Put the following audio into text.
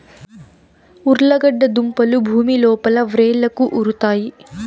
ఉర్లగడ్డ దుంపలు భూమి లోపల వ్రేళ్లకు ఉరుతాయి